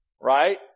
right